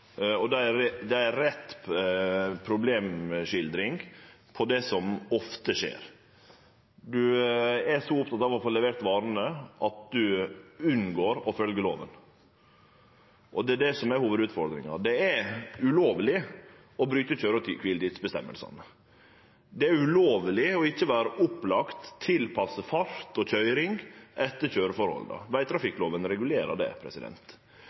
og det er ei rett problemskildring av det som ofte skjer. Ein er så oppteken av å få levert varane at ein unngår å følgje loven. Det er det som er hovudutfordringa. Det er ulovleg å bryte køyre- og kviletidsreglane. Det er ulovleg ikkje å vere opplagt og tilpasse fart og køyring etter køyreforholda. Vegtrafikkloven regulerer det.